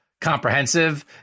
comprehensive